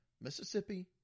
Mississippi